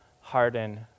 harden